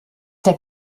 der